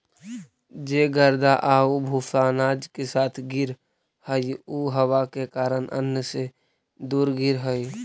जे गर्दा आउ भूसा अनाज के साथ गिरऽ हइ उ हवा के कारण अन्न से दूर गिरऽ हइ